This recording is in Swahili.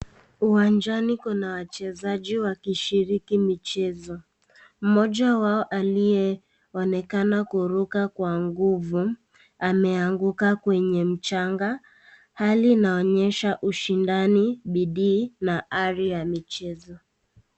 Uwanjani kuna wachezaji wakishiriki michezo. Mmoja wao aliyeonekana kuruka kwa nguvu ameanguka kwenye mchanga, hali inaonyesha ushindani bidii na hari ya michezo.